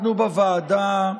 אנחנו בוועדה,